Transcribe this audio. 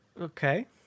okay